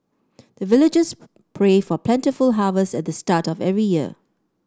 the villagers pray for plentiful harvest at the start of every year